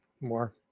More